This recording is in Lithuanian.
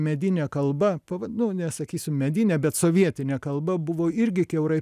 medinė kalba nu nesakysiu medinė bet sovietinė kalba buvo irgi kiaurai